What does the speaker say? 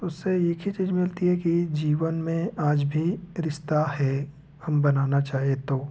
उससे एक ही चीज़ मिलती है कि जीवन में आज भी रिश्ता है हम बनाना चाहे तो